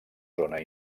zona